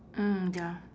mm ya